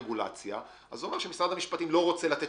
דה-רגולציה אז זה אומר שמשרד המשפטים לא רוצה לתת